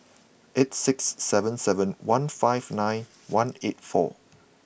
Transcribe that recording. eight six seven seven one five nine one eight four